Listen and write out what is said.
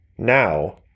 Now